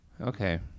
Okay